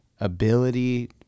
ability